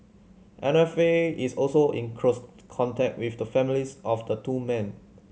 M F A is also in close contact with the families of the two men